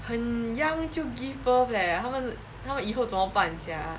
很 young 就 give birth leh 他们他们以后怎么办 sia